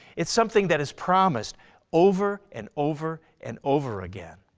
it's something that is promised over and over and over again.